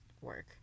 work